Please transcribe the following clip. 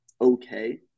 okay